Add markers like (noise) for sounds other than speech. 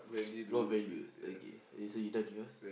(noise) what values okay so you're done yours